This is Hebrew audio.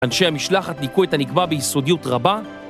אנשי המשלחת ניקו את הנקבה ביסודיות רבה